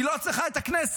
היא לא צריכה את הכנסת.